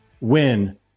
win